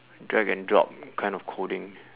drag and drop kind of coding